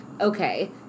Okay